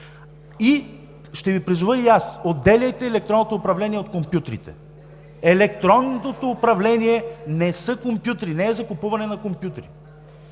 Ще Ви призова и аз: отделяйте електронното управление от компютрите. (Шум и реплики.) Електронното управление не са компютри, не е закупуване на компютри,